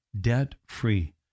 debt-free